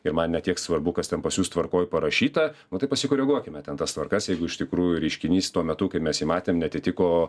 ir man ne tiek svarbu kas ten pas jus tvarkoj parašyta nu tai pasikoreguokime ten tas tvarkas jeigu iš tikrųjų reiškinys tuo metu kai mes jį matėm neatitiko